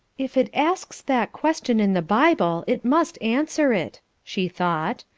if it asks that question in the bible, it must answer it, she thought.